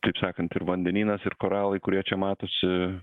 taip sakant ir vandenynas ir koralai kurie čia matosi